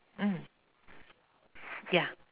mm ya